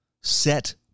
set